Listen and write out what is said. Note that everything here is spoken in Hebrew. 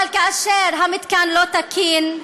אבל כאשר המתקן לא תקין,